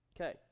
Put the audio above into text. Okay